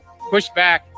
Pushback